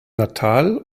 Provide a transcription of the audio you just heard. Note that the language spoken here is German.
natal